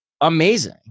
amazing